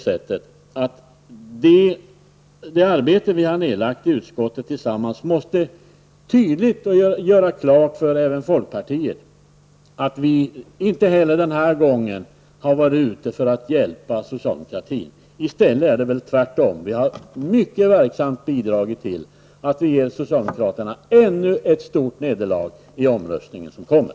Sigge Godin, det arbete vi har lagt ned tillsammans i utskottet innebär inte heller den här gången, vilket tydligen måste klargöras för folkpartiet, att vi har varit ute för att hjälpa socialdemokratin. I stället är det tvärtom. Vi har mycket verksamt bidragit till att ge socialdemokraterna ännu ett stort nederlag i den omröstning som kommer.